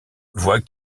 voit